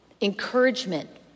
encouragement